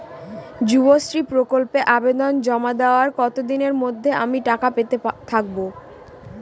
যুবশ্রী প্রকল্পে আবেদন জমা দেওয়ার কতদিনের মধ্যে আমি টাকা পেতে থাকব?